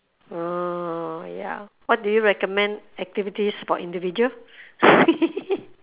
orh ya what do you recommend activities for individual